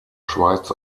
schweiz